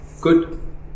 Good